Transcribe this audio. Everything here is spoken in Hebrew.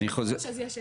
כשיש ביקוש אז יש היצע.